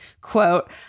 Quote